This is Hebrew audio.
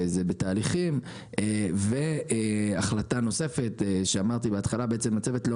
זה בתהליכים; והחלטה נוספת: אמרתי בהתחלה שהצוות לא